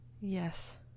Yes